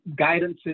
guidances